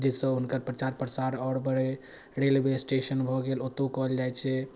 जाहिसँ हुनकर प्रचार प्रसार आओर बढ़ै रेलवे स्टेशन भऽ गेल ओतहु कएल जाइ छै